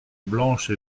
blanche